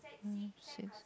five six